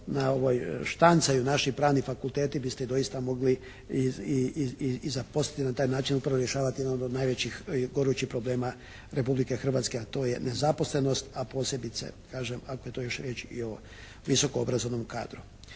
štancaju naši pravni fakulteti biste doista mogli i zaposliti, na taj način upravo rješavati jedno od najvećih gorućih problema Republike Hrvatske a to je nezaposlenost. A posebice, kažem, ako je to još riječ i o visokoobrazovnom kadru.